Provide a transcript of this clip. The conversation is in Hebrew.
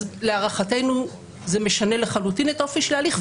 להערכתנו זה משנה לחלוטין את האופי של ההליך,